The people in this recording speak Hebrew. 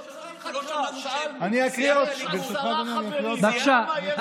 לא שמענו, ברשותך, אדוני, אני אקריא עוד פעם.